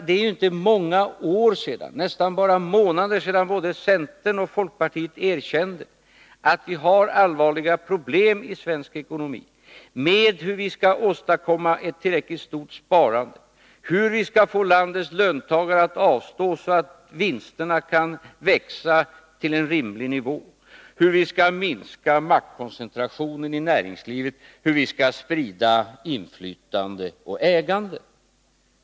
Det är ju inte många år, nästan bara månader, sedan både centern och folkpartiet erkände att vi har allvarliga problem i svensk ekonomi: hur vi skall åstadkomma ett tillräckligt stort sparande, hur vi skall få landets löntagare att avstå, så att vinsterna kan växa till en rimlig nivå, hur vi skall minska maktkoncentrationen i näringslivet och hur vi skall sprida inflytande och ägande.